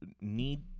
need